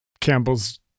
campbell's